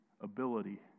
ability